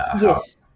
Yes